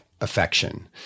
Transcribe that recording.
affection